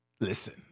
Listen